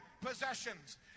possessions